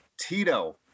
Tito